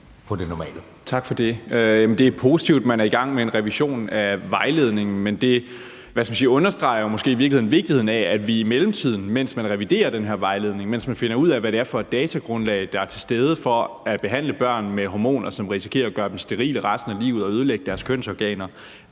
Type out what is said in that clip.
Bjørn (DF): Tak for det. Det er positivt, at man er i gang med en revision af vejledningen, men det understreger måske i virkeligheden vigtigheden af, at vi i mellemtiden, mens man reviderer den her vejledning, og mens man finder ud af, hvad det er for et datagrundlag, der er til stede for at behandle børn med hormoner, som risikerer at gøre dem sterile resten af livet og ødelægge deres kønsorganer,